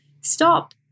Stop